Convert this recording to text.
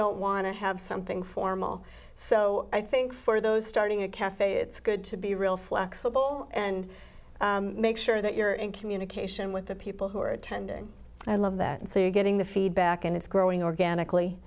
don't want to have something formal so i think for those starting a cafe it's good to be real flexible and make sure that you're in communication with the people who are attending i love that and so you're getting the feedback and it's growing organically